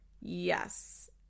Yes